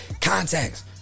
Contacts